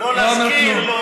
לא להזכיר.